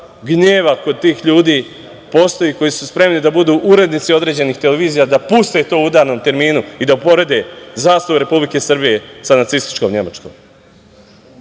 gneva kod tih ljudi postoji, koji su spremni da budu urednici određenih televizija, da puste to u udarnom terminu i da uporede zastavu Republike Srbije sa nacističkom Nemačkoj. Upravo